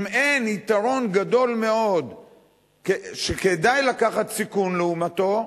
אם יש יתרון גדול מאוד שכדאי לקחת סיכון לעומתו,